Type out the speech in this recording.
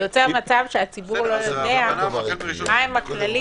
זה יוצר מצב שהציבור לא יודע מה הכללים,